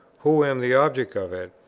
who am the object of it,